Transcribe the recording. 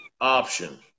Option